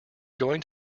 going